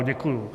Děkuju.